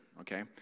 Okay